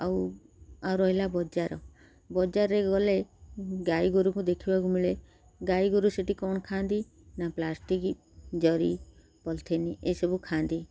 ଆଉ ଆଉ ରହିଲା ବଜାର ବଜାରରେ ଗଲେ ଗାଈ ଗୋରୁକୁ ଦେଖିବାକୁ ମିଳେ ଗାଈ ଗୋରୁ ସେଠି କ'ଣ ଖାଆନ୍ତି ନା ପ୍ଲାଷ୍ଟିକ୍ ଜରି ପଲଥିନ୍ ଏସବୁ ଖାଆନ୍ତି